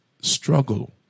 struggle